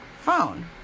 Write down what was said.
phone